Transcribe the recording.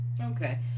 Okay